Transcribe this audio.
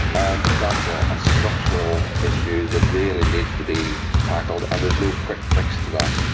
and that's a ah structural issue that really needs to be tackled and there's no quick fix to that.